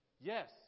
Yes